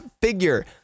figure